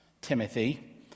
Timothy